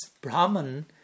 Brahman